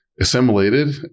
assimilated